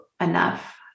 enough